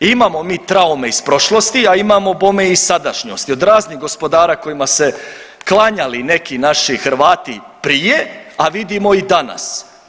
Imamo mi traume iz prošlosti, a imamo bome i iz sadašnjosti od raznih gospodara kojima su se klanjali neki naši Hrvati prije, a vidimo i danas.